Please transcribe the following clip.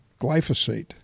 Glyphosate